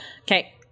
Okay